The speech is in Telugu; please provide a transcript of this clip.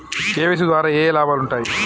కే.వై.సీ ద్వారా ఏఏ లాభాలు ఉంటాయి?